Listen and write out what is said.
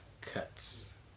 cuts